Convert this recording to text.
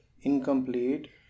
incomplete